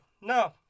no